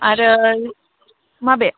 आरो माबे